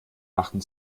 machten